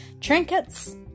trinkets